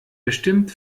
bestimmt